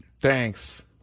Thanks